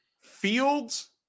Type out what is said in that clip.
Fields